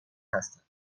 هستند